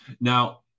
Now